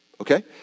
Okay